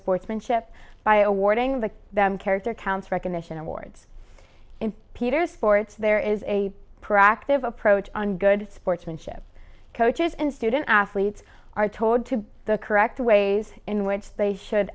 sportsmanship by awarding the them character counts recognition awards in peter's sports there is a practive approach on good sportsmanship coaches and student athletes are told to be the correct ways in which they should